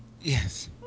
Yes